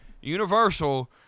Universal